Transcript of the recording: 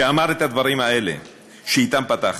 שאמר את הדברים האלה שאתם פתחתי.